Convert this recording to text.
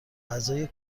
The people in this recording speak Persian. غذای